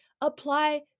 Apply